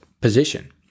position